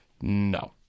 no